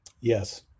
Yes